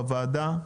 בוועדה.